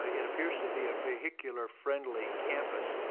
ah it appears to be a vehicular friendly campus.